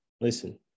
listen